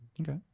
Okay